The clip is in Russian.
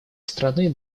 страны